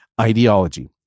ideology